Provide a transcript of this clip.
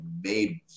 made